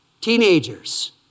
Teenagers